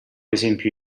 esempio